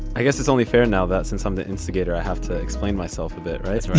i guess it's only fair and now that since i'm the instigator, i have to explain myself a bit